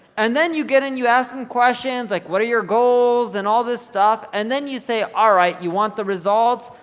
and then you get and you ask em questions, like what are your goals and all this stuff, and then you say, all right, you want the results?